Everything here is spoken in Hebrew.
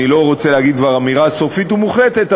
אני לא רוצה להגיד כבר אמירה סופית ומוחלטת,